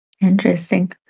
interesting